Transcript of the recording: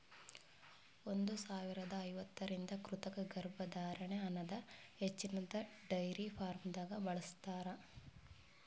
ಒಂದ್ ಸಾವಿರದಾ ಐವತ್ತರಿಂದ ಕೃತಕ ಗರ್ಭಧಾರಣೆ ಅನದ್ ಹಚ್ಚಿನ್ದ ಡೈರಿ ಫಾರ್ಮ್ದಾಗ್ ಬಳ್ಸತಾರ್